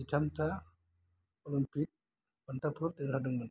जिथामथा Olympic देरहादोंमोन